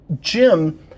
Jim